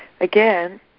Again